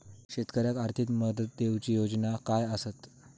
शेतकऱ्याक आर्थिक मदत देऊची योजना काय आसत?